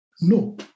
No